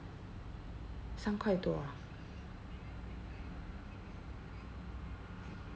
三块多啊